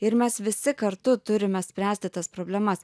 ir mes visi kartu turime spręsti tas problemas